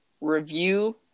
review